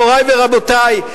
מורי ורבותי,